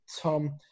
Tom